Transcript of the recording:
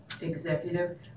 executive